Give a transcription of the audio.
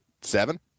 seven